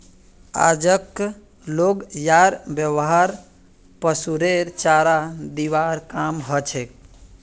आजक लोग यार व्यवहार पशुरेर चारा दिबार काम हछेक